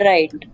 Right